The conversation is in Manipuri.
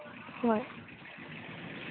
ꯍꯣꯏ